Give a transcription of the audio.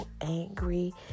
angry